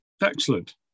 Excellent